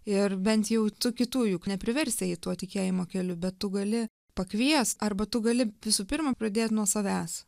ir bent jau tu kitų juk nepriversi eit tuo tikėjimo keliu bet tu gali pakvies arba tu gali visų pirma pradėt nuo savęs